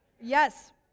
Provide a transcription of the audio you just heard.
Yes